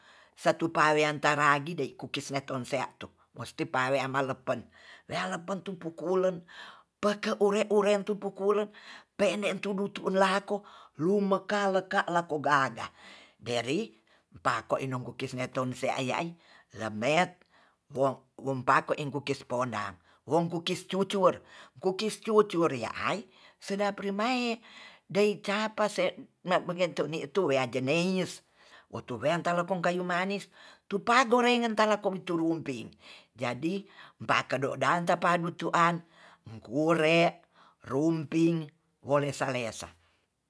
Satua pawean taragi de kukis ne tonsea tu musti pawean malem pen lealepen tu pukulen peke ure ure tu pukulen pe'en de tu du tullako lumeka-leka lako gaga deri pako inong kukis ne tonsea ya'i lemet, wo wompako ingkukis pondang wong kukis cucur. kukis cucurnya ai sedap remai dei capase ma mengento ni tu wea jenis wotu rentalekong kayu manis tu pa gorengen talako tuluimping jadi pakado tapadu tuan kule rumping wole salesa